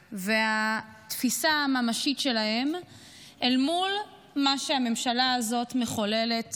והתפיסה הממשית שלהם אל מול מה שהממשלה הזאת מחוללת